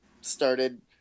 started